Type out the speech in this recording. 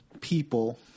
people